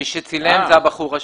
מי שצילם זה הבחור השני.